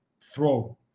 throw